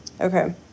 okay